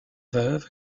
veuve